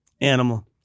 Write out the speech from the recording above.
Animal